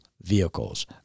vehicles